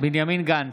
בנימין גנץ,